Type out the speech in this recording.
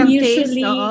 usually